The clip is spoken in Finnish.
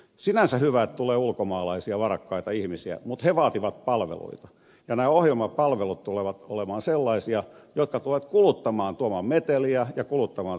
sinänsä on hyvä että tulee ulkomaalaisia varakkaita ihmisiä mutta he vaativat palveluita ja nämä ohjelmapalvelut tulevat olemaan sellaisia jotka tulevat tuomaan meteliä ja tulevat kuluttamaan tätä kansallispuistoa